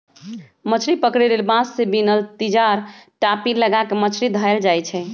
मछरी पकरे लेल बांस से बिनल तिजार, टापि, लगा क मछरी धयले जाइ छइ